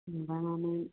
माबानानै